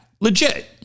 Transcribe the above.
Legit